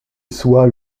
soit